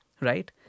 Right